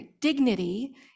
dignity